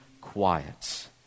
quiet